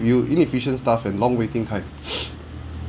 view inefficient staff and long waiting time